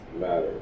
matter